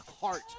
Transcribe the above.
heart